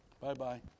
Bye-bye